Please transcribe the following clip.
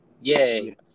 yay